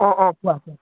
অঁ অঁ কোৱা কোৱা